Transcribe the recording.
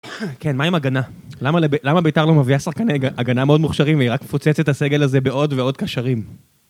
כן, מה עם הגנה? למה בית"ר לא מביא שחקני הגנה מאוד מוכשרים, והיא רק מפוצצת את הסגל הזה בעוד ועוד קשרים?